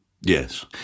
Yes